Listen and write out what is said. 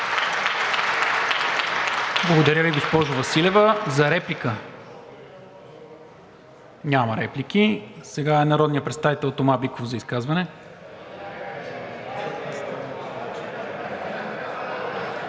Благодаря Ви, госпожо Василева. Реплики? Няма реплики. Сега народният представител Тома Биков има думата